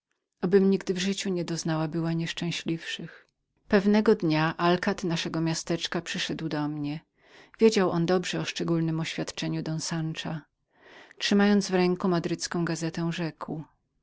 obym nigdy w życiu nie doznała była nieszczęśliwszych pewnego dnia alkad naszego miasteczka przyszedł do mnie wiedział on dobrze o szczególnem oświadczeniu don sansza i rzekł